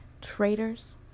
traitors